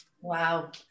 Wow